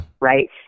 Right